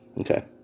okay